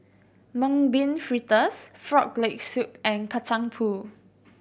Mung Bean Fritters Frog Leg Soup and Kacang Pool